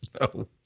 No